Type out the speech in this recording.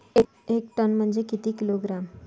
एक टन म्हनजे किती किलोग्रॅम?